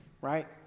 Right